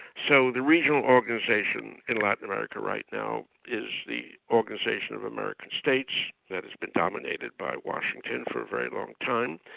so the regional organisation in latin america right now is the organisation of american states that has been dominated by washington for a very long time.